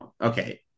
Okay